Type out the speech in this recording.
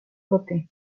boty